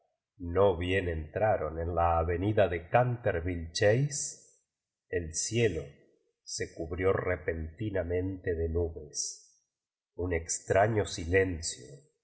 no bien entraron en la ave nida de can tervüle chase el cielo se cubrió repentinamente de nubes un extraño silen